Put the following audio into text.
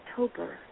October